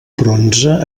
bronze